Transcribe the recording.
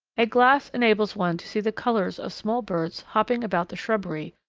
a glass enables one to see the colours of small birds hopping about the shrubbery,